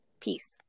Peace